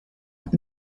und